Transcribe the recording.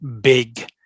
big